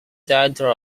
daughter